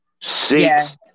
Six